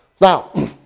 Now